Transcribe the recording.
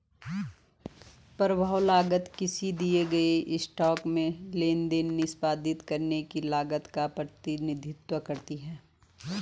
प्रभाव लागत किसी दिए गए स्टॉक में लेनदेन निष्पादित करने की लागत का प्रतिनिधित्व करती है